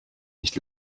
nicht